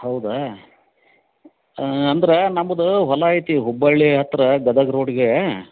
ಹೌದಾ ಹಾಂ ಅಂದ್ರೆ ನಮ್ಮದು ಹೊಲ ಐತಿ ಹುಬ್ಬಳ್ಳಿ ಹತ್ತಿರ ಗದಗ ರೋಡ್ಗೆ